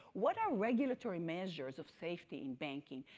what are regulatory managers of safety in banking?